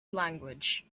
language